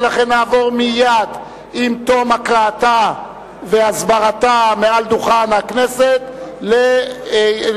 ולכן נעבור מייד עם תום הקראתה והסברתה מעל דוכן הכנסת להצבעה.